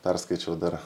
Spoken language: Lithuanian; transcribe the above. perskaičiau dar